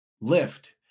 lift